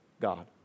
God